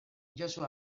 josu